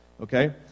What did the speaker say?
Okay